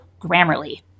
Grammarly